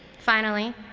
finally,